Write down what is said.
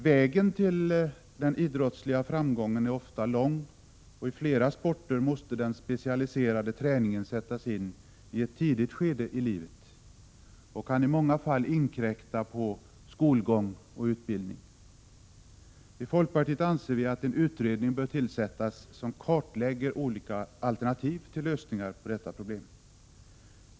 Vägen till den idrottsliga framgången är ofta lång, och i flera sporter måste den specialiserade träningen sättas in i ett tidigt skede i livet och kan i många fall inkräkta på skolgång och utbildning. I folkpartiet anser vi att en utredning bör tillsättas, som kartlägger olika alternativ till lösningar på detta problem.